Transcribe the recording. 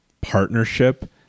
partnership